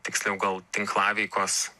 tiksliau gal tinklaveikos